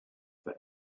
for